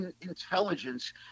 intelligence